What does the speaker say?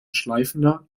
schleifender